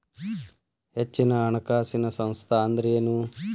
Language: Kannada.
ಹೆಚ್ಚಿನ ಹಣಕಾಸಿನ ಸಂಸ್ಥಾ ಅಂದ್ರೇನು?